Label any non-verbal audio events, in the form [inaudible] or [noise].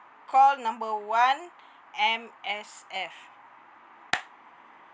call number one M_S_F [noise]